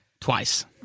Twice